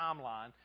timeline